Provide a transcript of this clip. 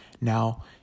Now